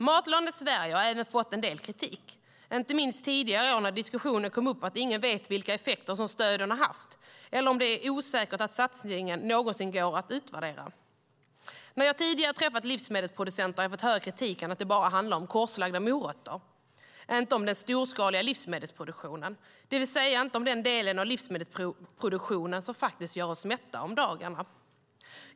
Matlandet Sverige har även fått en del kritik, inte minst tidigare i år när diskussionen kom upp om att ingen vet vilka effekter som stöden haft och att det är osäkert om satsningen någonsin går att utvärdera. När jag tidigare har träffat livsmedelsproducenter har jag fått höra kritiken att det bara handlar om korslagda morötter och inte om den storskaliga livsmedelsproduktionen, det vill säga den del av livsmedelsproduktionen som faktiskt gör oss mätta om dagarna.